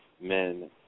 men